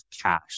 cash